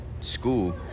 school